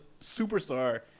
superstar